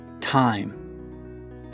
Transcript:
Time